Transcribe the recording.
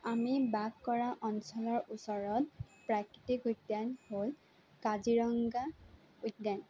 আমি বাস কৰা অঞ্চলৰ ওচৰত প্ৰাকৃতিক উদ্যান হ'ল কাজিৰঙা উদ্যান